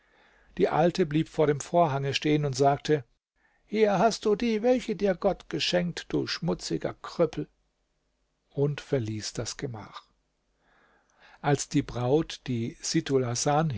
die alte blieb vor dem vorhange stehen und sagte hier hast du die welche dir gott geschenkt du schmutziger krüppel und verließ das gemach als die braut die